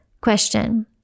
Question